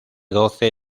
doce